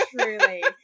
truly